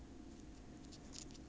yes boomer come and lecture me